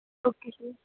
okay sir